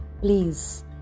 Please